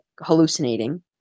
hallucinating